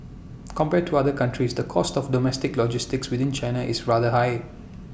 compared to other countries the cost of domestic logistics within China is rather high